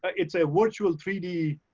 it's a virtual three d,